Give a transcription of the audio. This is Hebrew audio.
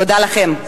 תודה לכן.